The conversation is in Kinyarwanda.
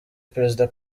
perezida